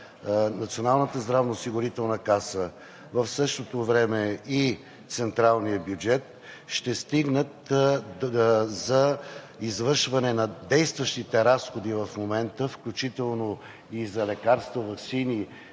Националната здравноосигурителна каса, в същото време и централният бюджет, ще стигнат за извършване на действащите разходи в момента, включително и за лекарства, ваксини,